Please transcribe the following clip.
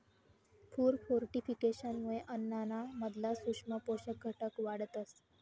food फोर्टिफिकेशनमुये अन्नाना मधला सूक्ष्म पोषक घटक वाढतस